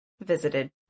visited